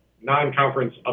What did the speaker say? non-conference